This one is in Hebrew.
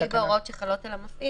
שהיא בהוראות שחלות על המפעיל.